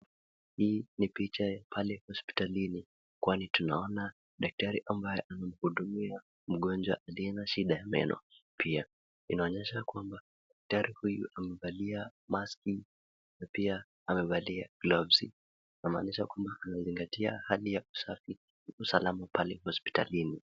Hii ni picha pale hospitalini kwani tunaona daktari ambaye anamhudumia mgonjwa aliyena shida ya meno. Pia inaonyesha kwamba daktari huyu amevalia maski na pia amevalia gloves . Inamaanisha kwamba anazingatia hali ya usafi na usalama pale hospitalini.